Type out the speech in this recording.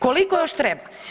Koliko još treba?